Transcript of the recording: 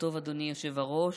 אדוני היושב-ראש.